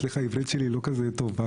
סליחה, העברית שלי לא כזה טוב.